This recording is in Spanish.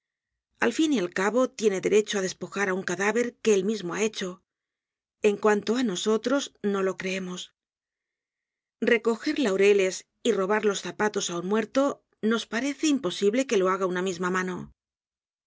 al fin y al cabo tiene derecho á despojar á un cadáver que él mismo ha hecho en cuanto á nosotros no lo creemos recoger laureles y robar los zapatos á un muerto nos parece imposible que lo haga una misma mano